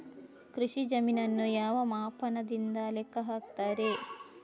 ಕೃಷಿ ಜಮೀನನ್ನು ಯಾವ ಮಾಪನದಿಂದ ಲೆಕ್ಕ ಹಾಕ್ತರೆ?